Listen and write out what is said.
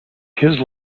his